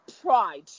pride